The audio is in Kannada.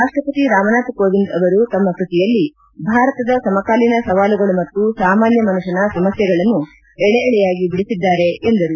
ರಾಷ್ಟಪತಿ ರಾಮನಾಥ್ ಕೋವಿಂದ್ ಅವರು ತಮ್ಮ ಕೃತಿಯಲ್ಲಿ ಭಾರತದ ಸಮಕಾಲೀನ ಸವಾಲುಗಳು ಮತ್ತು ಸಾಮಾನ್ಯ ಮನುಷ್ಠನ ಸಮಸ್ಥೆಗಳನ್ನು ಎಳೆ ಎಳೆಯಾಗಿ ಬಿಡಿಸಿದ್ದಾರೆ ಎಂದರು